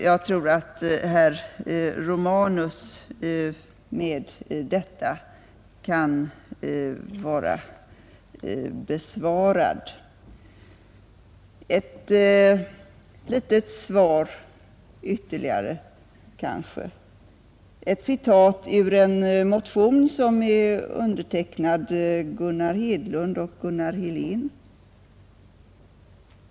Jag tror att herr Romanus med detta kan vara besvarad. Ett litet svar ytterligare kan jag kanske ge, ett citat ur en motion som är undertecknad av Gunnar Hedlund och Gunnar Helén.